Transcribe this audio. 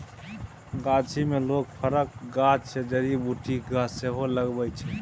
गाछी मे लोक फरक गाछ या जड़ी बुटीक गाछ सेहो लगबै छै